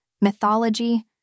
mythology